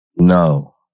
No